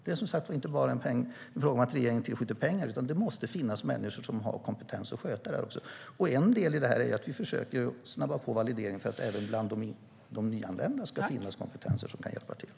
Det är inte bara en fråga om att regeringen tillskjuter pengar, utan det måste finnas människor som har kompetens att sköta detta. En del är att vi försöker att snabba på valideringen så att även nyanlända kan hjälpa till med sin kompetens.